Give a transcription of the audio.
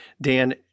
Dan